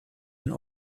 den